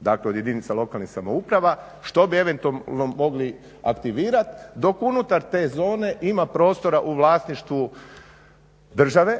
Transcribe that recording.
dakle od jedinica lokalnih samouprava što bi eventualno mogli aktivirati dok unutar te zone ima prostora u vlasništvu države